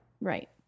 Right